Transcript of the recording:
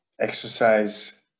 Exercise